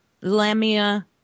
Lamia